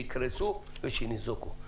שיקרסו ושניזוקו.